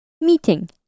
Meeting